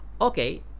Okay